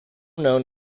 known